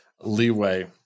leeway